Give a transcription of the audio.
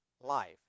life